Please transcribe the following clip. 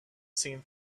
seen